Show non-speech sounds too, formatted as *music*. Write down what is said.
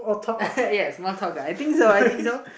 *laughs* yes small talk ah I think so I think so